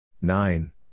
Nine